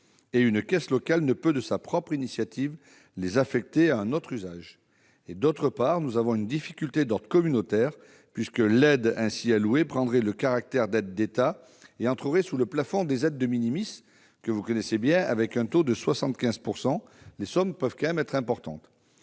et une caisse locale ne peut pas, de sa propre initiative, les affecter à un autre usage. D'autre part, nous avons une difficulté d'ordre communautaire, puisque l'aide ainsi allouée prendrait le caractère d'une aide d'État et entrerait sous le plafond des aides- avec un taux de 75 %, les sommes peuvent être importantes.